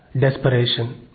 desperation